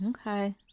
Okay